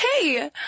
hey